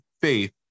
faith